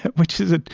which is it?